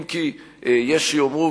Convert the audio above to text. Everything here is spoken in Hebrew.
אם כי יש שיאמרו,